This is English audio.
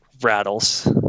rattles